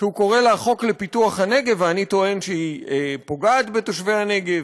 שהוא קורא לה "חוק לפיתוח הנגב" ואני טוען שהיא פוגעת בתושבי הנגב,